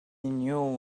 knew